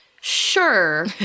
Sure